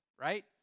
right